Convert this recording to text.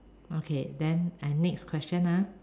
okay then I next question ah